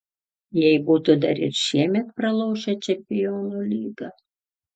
jei būtų dar ir šiemet pralošę čempionų lygą